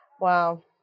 Wow